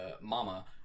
Mama